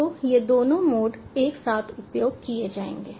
तो ये दोनों मोड एक साथ उपयोग किए जाएंगे